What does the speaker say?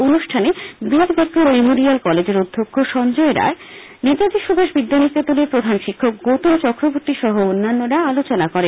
অনুষ্ঠানে বীরবিক্রম মেমোরিয়াল কলেজের অধ্যক্ষ সঞ্জয় রায় নেতাজি সুভাষ বিদ্যানিকেতনের প্রধান শিক্ষক গৌতম চক্রবর্তী সহ অন্যান্যরা আলোচনা করেন